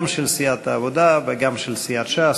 גם של סיעת העבודה וגם של סיעת ש"ס,